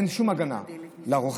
אין שום הגנה לרוכב,